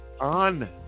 on